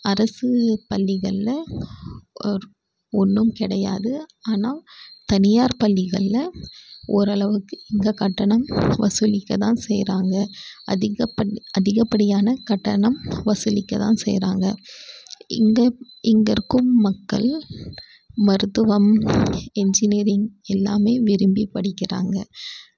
அரசு பள்ளிகளில் ஒரு ஒன்றும் கிடையாது ஆனால் தனியார் பள்ளிகளில் ஓரளவுக்கு இங்கே கட்டணம் வசூலிக்க தான் செய்கிறாங்க அதிகப்படி அதிகப்படியான கட்டணம் வசூலிக்க தான் செய்கிறாங்க இங்கே இங்கே இருக்கும் மக்கள் மருத்துவம் இன்ஜினியரிங் எல்லாம் விரும்பி படிக்கிறாங்க